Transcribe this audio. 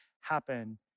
happen